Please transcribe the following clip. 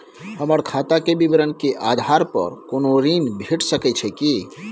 हमर खाता के विवरण के आधार प कोनो ऋण भेट सकै छै की?